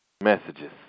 messages